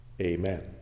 Amen